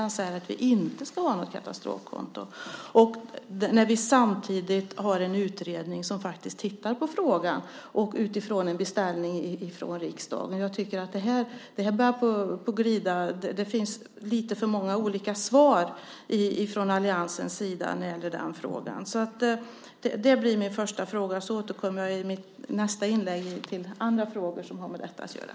Han sade att vi inte ska ha något katastrofkonto - detta samtidigt som vi har en utredning som faktiskt tittar på frågan utifrån en beställning från riksdagen. Jag tycker att det börjar glida här. Det finns lite för många olika svar från alliansens sida när det gäller den frågan. Vad jag här frågat om får bli min första fråga. I nästa inlägg återkommer jag till andra frågor som har med detta att göra.